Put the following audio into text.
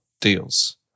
deals